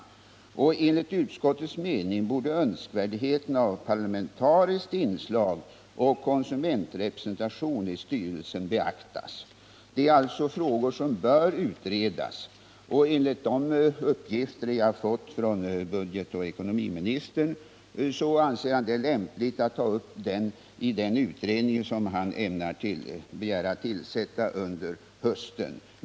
Enligt utskottets mening borde önskvärdheten av parlamentariskt inslag och konsumentrepresentation i styrelsen beaktas. Det är alltså frågor som bör utredas. Enligt uppgifter som jag har fått från budgetoch ekonomiministern anser han det lämpligt att ta upp dem i den utredning som han ämnar begära att få tillsätta under hösten.